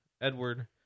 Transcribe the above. Edward